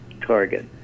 target